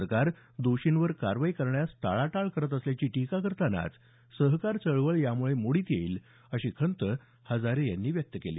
सरकार दोषींवर कारवाई करण्यास टाळाटाळ करत असल्याची टीका करतानाच सहकार चळवळ यामुळे मोडीत येईल अशी खंत हजारे यांनी व्यक्त केली